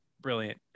Brilliant